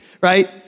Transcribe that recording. right